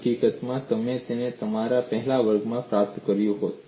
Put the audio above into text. હકીકતમાં તમે તેને તમારા પહેલાના વર્ગોમાં પ્રાપ્ત કર્યું હોત